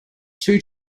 two